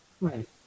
Right